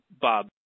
Bob